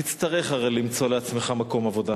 תצטרך הרי למצוא לעצמך מקום עבודה,